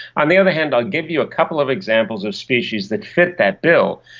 on the other hand, i'll give you a couple of examples of species that fit that bill.